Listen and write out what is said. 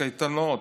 קייטנות,